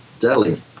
Delhi